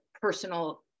personal